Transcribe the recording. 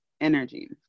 energy